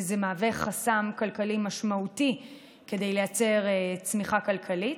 וזה חסם כלכלי משמעותי לייצור צמיחה כלכלית.